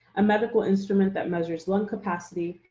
a medical instrument that measures lung capacity,